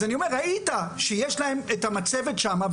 אז אני אומר: ראית שיש להם את המצבת שם.